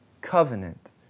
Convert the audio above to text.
covenant